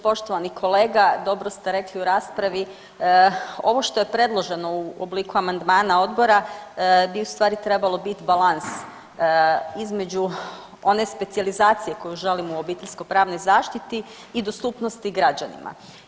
Poštovani kolega dobro ste rekli u raspravi ovo što je predloženo u obliku amandmana odbora bi u stvari trebalo biti balans između one specijalizacije koju želimo u obiteljsko pravnoj zaštiti i dostupnosti građanima.